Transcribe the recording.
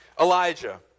Elijah